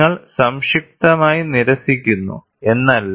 നിങ്ങൾ സംക്ഷിപ്തമായി നിരസിക്കുന്നു എന്നല്ല